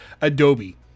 Adobe